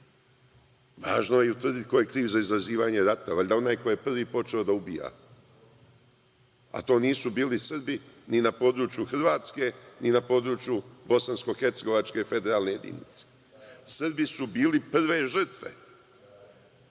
Važno je i ko je kriv za izazivanje rata, valjda onaj ko je prvi počeo da ubija, a to nisu bili Srbi ni na području Hrvatske ni na području bosansko-hercegovačke federalne jedinice. Srbi su bili prve žrtve,